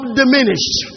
diminished